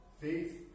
Faith